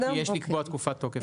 כי יש לקבוע תקופת תוקף אחרת.